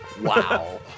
Wow